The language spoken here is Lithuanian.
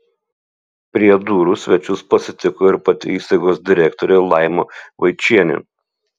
prie durų svečius pasitiko ir pati įstaigos direktorė laima vaičienė